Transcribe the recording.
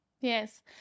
Yes